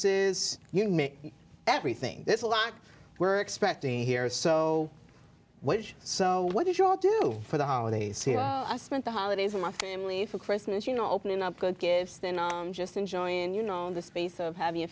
says you make everything there's a lot we're expecting here so what so what do you all do for the holidays i spent the holidays with my family for christmas you know opening up good gifts and just enjoying you know in the space of having a